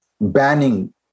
banning